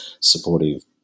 supportive